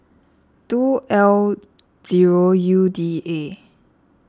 two L zero U D A